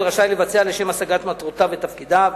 רשאי לבצע לשם השגת מטרותיו ותפקידיו.